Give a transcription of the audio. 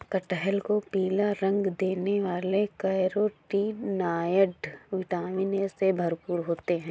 कटहल को पीला रंग देने वाले कैरोटीनॉयड, विटामिन ए से भरपूर होते हैं